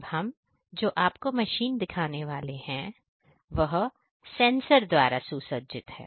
अब हम जो आपको मशीन दिखाने वाले हैं वह सेंसर द्वारा सुसज्जित है